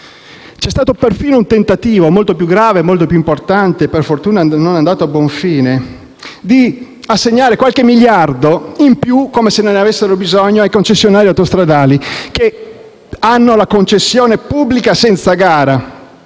C'è stato persino il tentativo, molto più grave e importante, che per fortuna non è andato a buon fine, di assegnare qualche miliardo in più - come se ne avessero bisogno - ai concessionari autostradali, che hanno la concessione pubblica senza gara